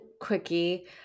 quickie